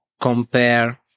compare